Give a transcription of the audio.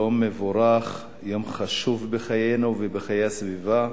יום מבורך, יום חשוב בחיינו ובחיי הסביבה.